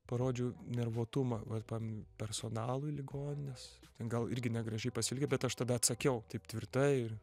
parodžiau nervuotumą va pamenu personalui ligonines ten gal irgi negražiai pasielgė bet aš tada atsakiau taip tvirtai ir